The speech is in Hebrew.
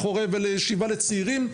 ולחורב ולישיבה לצעירים,